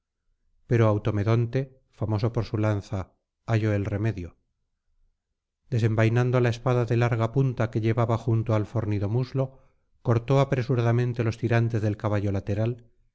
pero automedonte famoso por su lanza halló el remedio desenvainando la espada de larga punta que llevaba junto al fornido muslo cortó apresuradamente los tirantes del caballo lateral